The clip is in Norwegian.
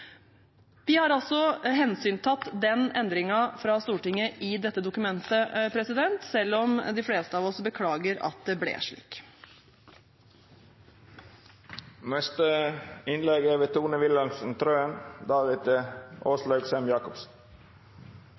Vi har altså tatt hensyn til den endringen fra Stortinget i dette dokumentet, selv om de fleste av oss beklager at det ble slik. Det er